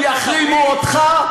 הם יחרימו אותך,